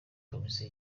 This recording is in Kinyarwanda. komisiyo